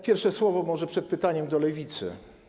Pierwsze słowo może, przed pytaniem, do Lewicy.